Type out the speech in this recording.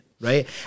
Right